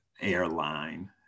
airline